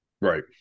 Right